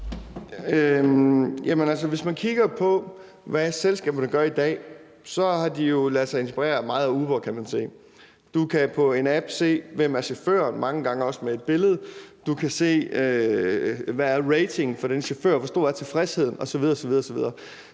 Hvis man kigger på, hvad selskaberne gør i dag, kan man jo se, at de har ladet sig inspirere meget af Uber. Du kan på en app se, hvem chaufføren er, og mange gange også med et billede, du kan se, hvad ratingen er for den chauffør, og hvor stor tilfredsheden er osv.